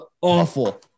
awful